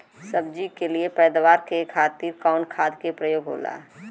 सब्जी के लिए पैदावार के खातिर कवन खाद के प्रयोग होला?